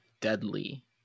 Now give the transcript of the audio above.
deadly